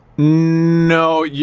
no. yeah